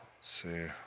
see